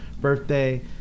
birthday